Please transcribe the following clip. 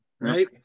Right